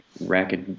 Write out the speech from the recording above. racket